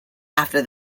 after